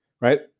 right